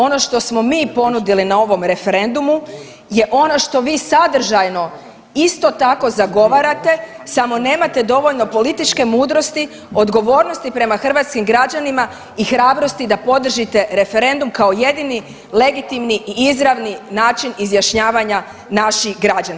Ono što smo mi ponudili na ovom referendumu je ono što vi sadržajno isto tako zagovarate samo nemate dovoljno političke mudrosti odgovornosti prema hrvatskim građanima i hrabrosti da podržite referendum kao jedini legitimni i izravni način izjašnjavanja naših građana.